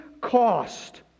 cost